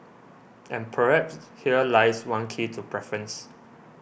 and perhaps here lies one key to preference